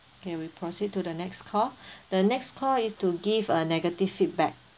K we proceed to the next call the next call is to give a negative feedback